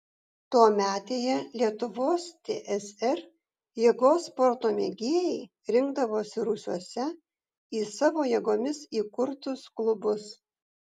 tuometėje lietuvos tsr jėgos sporto mėgėjai rinkdavosi rūsiuose į savo jėgomis įkurtus klubus